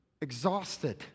exhausted